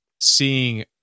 seeing